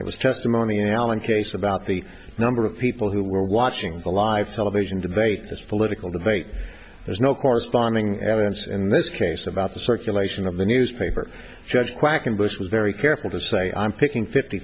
was testimony in alan case about the number of people who were watching the live television debate this political debate there's no corresponding evidence in this case about the circulation of the newspaper judge quackenbush was very careful to say i'm picking fifty